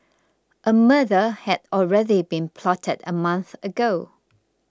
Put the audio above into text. a murder had already been plotted a month ago